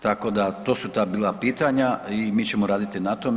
Tako da to su ta bila pitanja i mi ćemo raditi na tome.